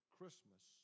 Christmas